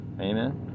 Amen